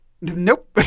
Nope